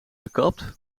gekapt